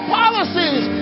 policies